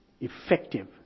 effective